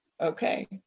okay